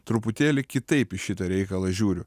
truputėlį kitaip į šitą reikalą žiūriu